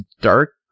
dark